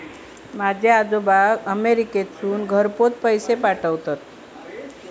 माझे आजोबा अमेरिकेतसून घरपोच पैसे पाठवूचे